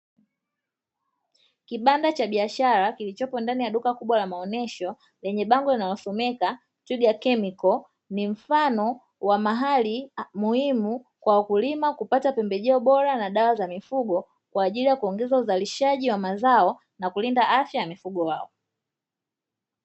Kibanda cha biashara kilichopo ndani ya duka kubwa la maonyesho lenye bango linalosomeka "TWIGA CHEMICAL", ni mfano wa mahali muhimu kwa wakulima kupata pembejeo bora na dawa za mifugo kwaajili ya kuongeza uzalishaji wa mazao na kulinda afya ya mifugo wao.